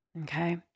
okay